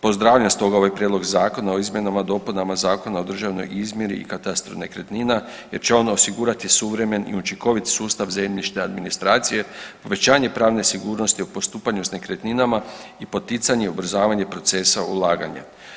Pozdravljam stoga ovaj prijedlog Zakona o izmjenama dopunama Zakona o državnoj izmjeri i katastru nekretnina jer će on osigurati suvremen i učinkovit sustav zemljišta administracije, povećanje pravne sigurnosti u postupanju s nekretninama i poticanje, ubrzavanje procesa ulaganja.